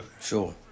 Sure